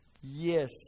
Yes